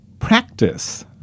practice